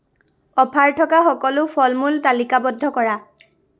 offer থকা সকলো ফলমূল তালিকাবদ্ধ কৰা